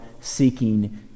seeking